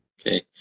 Okay